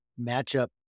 matchup